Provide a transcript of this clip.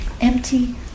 empty